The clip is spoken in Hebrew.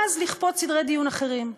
ואז לכפות סדרי דיון אחרים.